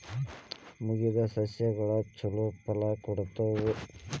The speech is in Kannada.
ಮಾಗಿದ್ ಸಸ್ಯಗಳು ಛಲೋ ಫಲ ಕೊಡ್ತಾವಾ?